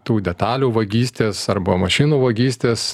tų detalių vagystės arba mašinų vagystės